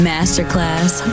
Masterclass